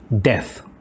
death